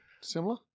Similar